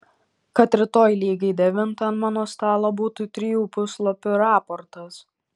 kad rytoj lygiai devintą ant mano stalo būtų trijų puslapių raportas